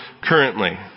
currently